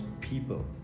people